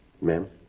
Ma'am